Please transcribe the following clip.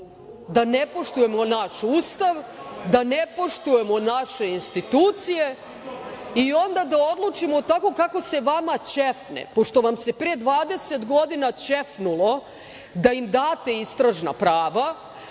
da ne poštujemo naš Ustav, da ne poštujemo naše institucije i onda da odlučimo tako kako se vama ćefne, pošto vam se pre 20 godina ćefnulo da im date istražna prava,